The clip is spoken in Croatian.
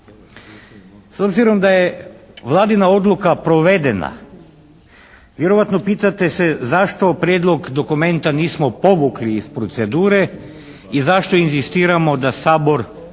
S obzirom da je Vladina odluka provedena vjerovatno pitate se zašto prijedlog dokumenta nismo povukli iz procedure i zašto inzistiramo da Sabor provede